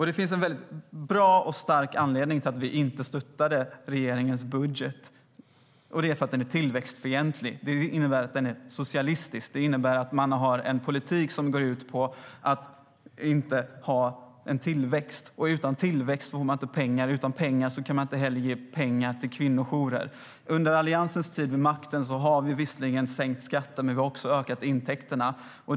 Det finns en bra och stark anledning till att vi inte stöttade regeringens budget. Den är tillväxtfientlig. Det innebär att budgeten är socialistisk. Politiken går ut på att inte ha tillväxt. Utan tillväxt får man inte pengar. Utan pengar kan man inte heller ge pengar till kvinnojourer. Under Alliansens tid vid makten har vi visserligen sänkt skatterna, men vi har också ökat intäkterna.